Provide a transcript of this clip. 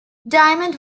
diamond